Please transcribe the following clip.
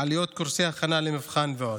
העלויות של קורסי הכנה למבחן ועוד.